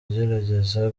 agerageza